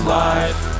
life